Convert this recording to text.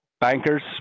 bankers